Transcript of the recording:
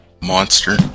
Monster